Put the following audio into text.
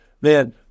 man